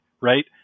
right